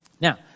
Now